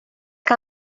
que